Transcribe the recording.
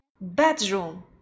Bedroom